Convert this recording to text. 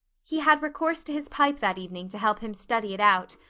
he had recourse to his pipe that evening to help him study it out,